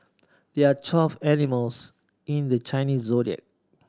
there're twelve animals in the Chinese Zodiac